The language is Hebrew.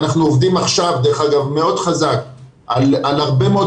ואנחנו עובדים עכשיו דרך אגב מאוד חזק על הרבה מאוד